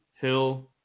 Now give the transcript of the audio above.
Hill